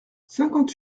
cinquante